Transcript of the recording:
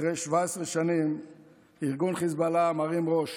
אחרי 17 שנים ארגון חיזבאללה מרים ראש.